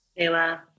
Kayla